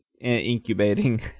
incubating